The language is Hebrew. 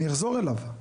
אני אחזור אליו.